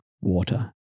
water